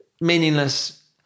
Meaningless